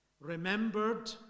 remembered